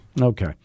Okay